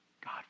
God